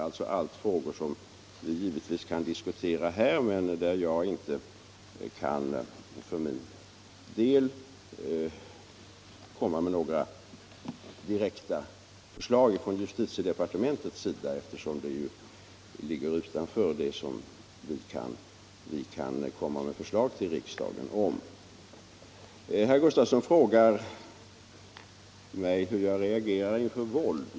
Det är frågor som vi givetvis kan diskutera här, Nr 63 men jag kan inte komma med några direkta förslag från justitiedepar Tisdagen den geringen har att framlägga förslag till riksdagen. —— Herr Gustavsson i Alvesta frågade mig hur jag reagerar inför våld.